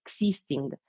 existing